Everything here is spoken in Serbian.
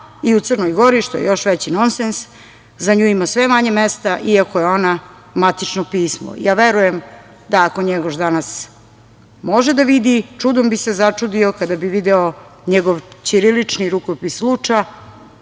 i u Crnoj Gori, što još veći nonsens za nju ima sve manje mesta iako je ona matično pismo. Verujem da ako Njegoš danas može da vidi, čudom bi se začudio kada bi video njegov ćirilični rukopis „Luča“